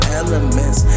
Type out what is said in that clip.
elements